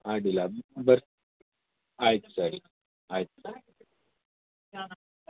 ಅಡ್ಡಿಯಿಲ್ಲ ಬರ್ ಆಯಿತು ಸರಿ ಆಯಿತು